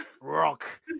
rock